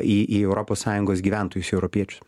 į į europos sąjungos gyventojus į europiečius